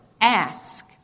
ask